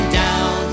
down